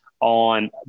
on